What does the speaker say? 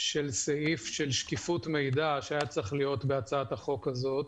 של סעיף על שקיפות מידע שהיה צריך להיות בהצעת החוק הזאת.